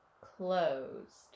closed